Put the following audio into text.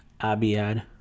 Abiad